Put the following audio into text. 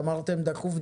ואמרתם: דחוף,